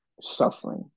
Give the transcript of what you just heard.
suffering